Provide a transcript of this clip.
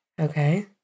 Okay